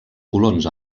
colons